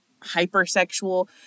hypersexual